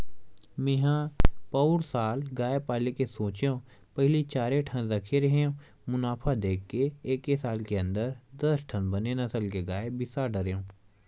मेंहा पउर साल गाय पाले के सोचेंव पहिली चारे ठन रखे रेहेंव मुनाफा देख के एके साल के अंदर दस ठन बने नसल के गाय बिसा डरेंव